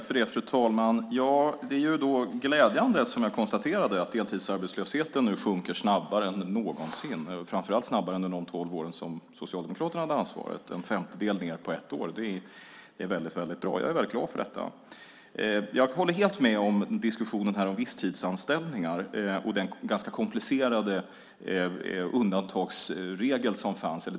Fru talman! Det är, som jag konstaterade, glädjande att deltidsarbetslösheten nu sjunker snabbare än någonsin, framför allt snabbare än under de tolv år som Socialdemokraterna hade ansvaret. Det är en femtedel mer på ett år. Det är väldigt bra. Jag är väldigt glad för detta. Jag håller helt med när det gäller diskussionen om visstidsanställningar och de ganska komplicerade former som fanns.